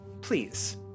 please